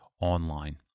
online